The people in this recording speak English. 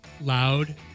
loud